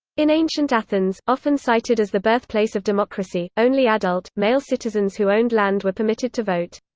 in ancient athens, often cited as the birthplace of democracy, only adult, male citizens who owned land were permitted to vote.